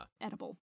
edible